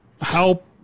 help